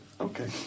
Okay